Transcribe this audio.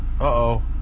Uh-oh